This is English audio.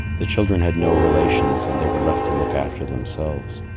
the children had no relations, and they were left to look after themselves.